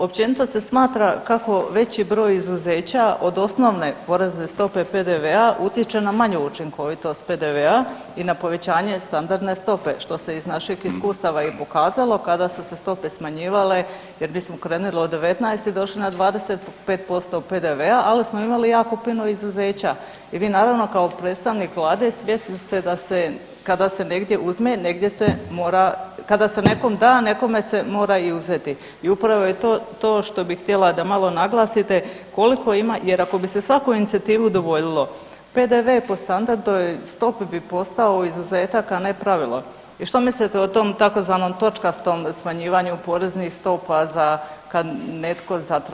Općenito se smatra kako veći broj izuzeća od osnovne porezne stope PDV-a utječe na manju učinkovitost PDV-a i na povećanje standardne stope, što se iz naših iskustava i pokazalo kada su se stope smanjivali jer bismo krenuli na 19 i došli na 25% PDV-a, ali smo imali jako puno izuzeća i vi naravno kao predstavnik vlade svjestan ste da se kada se negdje uzme negdje se mora, kada se nekom da nekome se mora i uzeti i upravo je to to što bi htjela da malo naglasite koliko ima jer ako bi se svakoj inicijativi udovoljilo PDV po standardnoj stopi bi postao izuzetak i ne pravilo i što mislite o tom tzv. točkastom smanjivanju poreznih stopa kad netko zatraži i slično?